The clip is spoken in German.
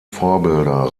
vorbilder